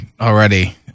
already